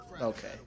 Okay